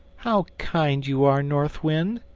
how kind you are, north wind!